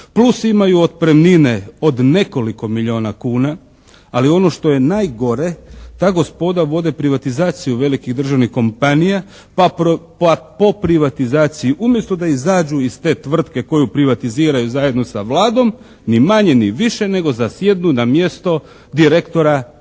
Plus imaju otpremnine od nekoliko milijuna kuna, ali ono što je najgore, ta gospoda vode privatizaciju velikih državnih kompanija pa po privatizaciji umjesto da izađu iz te tvrtke koju privatiziraju zajedno sa Vladom, ni manje ni više nego zasjednu na mjesto direktora te